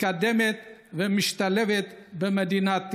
מתקדמת ומשתלבת במדינת ישראל.